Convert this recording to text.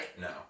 No